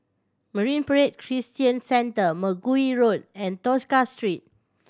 Marine Parade Christian Centre Mergui Road and Tosca Street